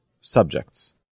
subjects